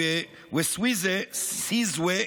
סיזווה,